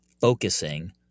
focusing